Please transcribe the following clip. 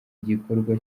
igikorwa